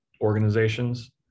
organizations